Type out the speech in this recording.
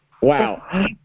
Wow